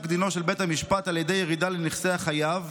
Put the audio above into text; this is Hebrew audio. דינו של בית המשפט על ידי ירידה לנכסי החייב,